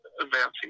advancing